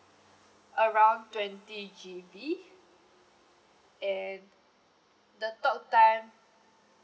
around twenty G_B and the talk time